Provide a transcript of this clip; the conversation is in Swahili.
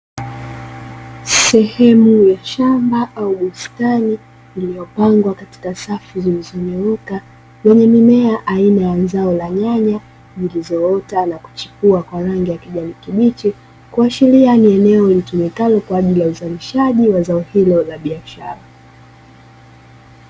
Sehemu ya shamba au bustani lililopangwa katika safu zilizonyooka lenye mimea aina ya zao la nyanya zilizoiva na kuchipua kwa rangi ya kijani kibichi, ikiashiria kuwa ni eneo litumikalo kwa ajili ya uzalishaji wa zao hilo la biashara.